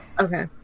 okay